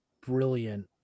brilliant